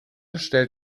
stellt